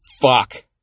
fuck